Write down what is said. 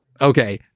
Okay